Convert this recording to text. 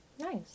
Nice